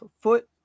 foot